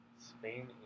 Spain